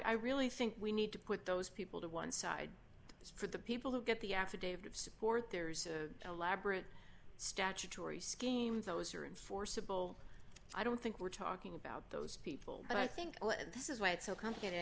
really think we need to put those people to one side as for the people who get the affidavit of support there's a elaborate statutory scheme those are in forcible i don't think we're talking about those people but i think this is why it's so complicated i